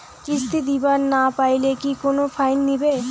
কিস্তি দিবার না পাইলে কি কোনো ফাইন নিবে?